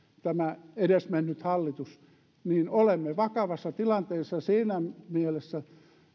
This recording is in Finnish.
tämä edesmennyt hallitus niin olemme vakavassa tilanteessa siinä mielessä